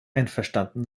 einverstanden